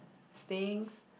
stinks